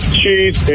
cheese